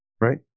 right